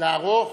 לערוך